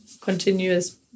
continuous